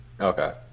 Okay